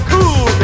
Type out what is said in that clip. Cool